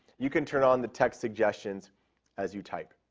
you can turn on the text suggestions as you type.